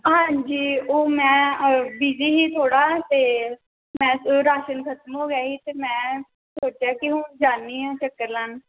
ਹਾਂਜੀ ਉਹ ਮੈਂ ਅ ਬਿਜ਼ੀ ਸੀ ਥੋੜ੍ਹਾ ਅਤੇ ਮੈਂ ਅ ਰਾਸਿਲ ਖ਼ਤਮ ਹੋ ਗਿਆ ਸੀ ਅਤੇ ਮੈਂ ਸੋਚਿਆ ਕਿ ਹੁਣ ਜਾਨੀ ਆ ਚੱਕਰ ਲਾਉਣ